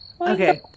Okay